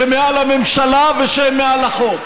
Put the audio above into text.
שהם מעל הממשלה ושהם מעל החוק,